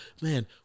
man